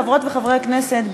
חברות וחברי הכנסת,